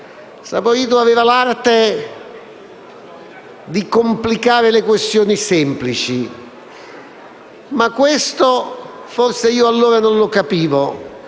Saporito aveva l'arte di complicare le questioni semplici ma questo - forse io allora non lo capivo